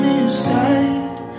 inside